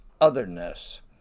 otherness